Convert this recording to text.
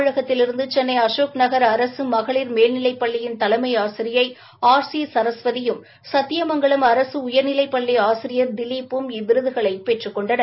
தமிழகத்திலிருந்து சென்ளை அசோக் நன் அரசு மகளிர் மேல்நிவைப் பள்ளியின் தலைம் ஆசிரியை ஆர் சி சரஸ்வதியும் சத்தியமங்கலம் அரசு உயர்நிலைப் பள்ளி ஆசிரியர் திலிப்பும் இவ்விருதகளை பெற்றுக் கொண்டனர்